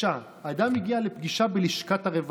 אדם הגיע לפגישה בלשכת הרווחה,